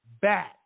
back